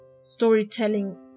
storytelling